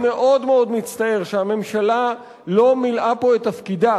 אני מאוד מאוד מצטער שהממשלה לא מילאה פה את תפקידה